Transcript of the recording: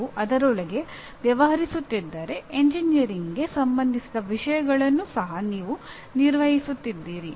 ನೀವು ಅದರೊಂದಿಗೆ ವ್ಯವಹರಿಸುತ್ತಿದ್ದರೆ ಎಂಜಿನಿಯರಿಂಗ್ಗೆ ಸಂಬಂಧಿಸಿದ ವಿಷಯಗಳನ್ನೂ ಸಹ ನೀವು ನಿರ್ವಹಿಸಿದ್ದೀರಿ